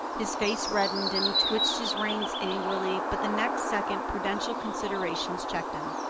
his face reddened and he twitched his reins angrily but the next second prudential considerations checked him.